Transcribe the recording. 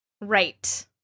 Right